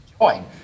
join